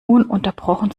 ununterbrochen